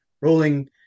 rolling